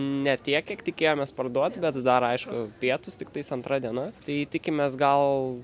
ne tiek kiek tikėjomės parduoti bet dar aišku pietūs tiktais antra diena tai tikimės gal